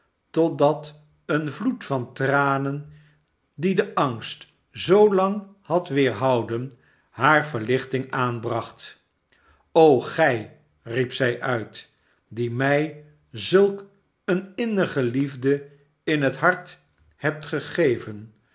totdat een vloed van tranen dien de angst zoolang had weerhouden haar verlichting aanbracht gij riep zij uit die mij zulk een innige liefde in het hart hebt gegeven